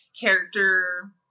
character